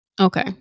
Okay